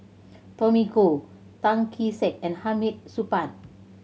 Tommy Koh Tan Kee Sek and Hamid Supaat